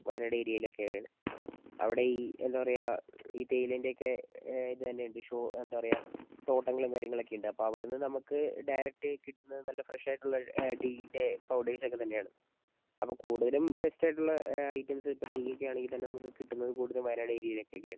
വയനാട് ഏരിയയിൽ ഒക്കെ ആണ് അവിടെ ഈ എന്താ പറയാ ഈ തേയിലേൻ്റെ ഒക്കെ ഇത് തന്നെ ഇണ്ട് ഷോ എന്താ പറയാ തോട്ടങ്ങളും കാര്യങ്ങളുമൊക്കെ ഉണ്ട് അപ്പം അവിടുന്ന് നമുക്ക് ഡയറക്റ്റ് കിട്ടുന്നത് നല്ല ഫ്രഷ് ആയിട്ടുള്ള ടീൻ്റെ പൗഡേർസ് ഒക്കെ തന്നെ ആണ് അപ്പോൾ കൂടുതലും ബെസ്റ്റ് ആയിട്ടുള്ള ഐറ്റംസ് ഇപ്പോൾ ടീ ഒക്കെ ആണെങ്കിൽ തന്നെ നമുക്ക് കിട്ടുന്നത് കൂടുതൽ വയനാട് ഏരിയയിലേക്ക് ഒക്കെ ആണ്